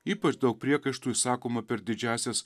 ypač daug priekaištų išsakoma per didžiąsias